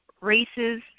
races